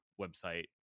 website